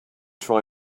try